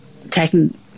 taking